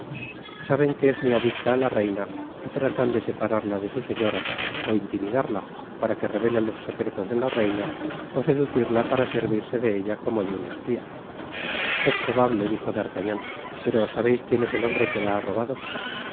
saben que es muy adicta á la reina y tratan de separarla de su señora ó intimidarla para que revele los secretos de la reina ó seducirla para servirse de ella como de un espia es probable dijo d'artagnan pero sabeis quién es el hombre que la ha robado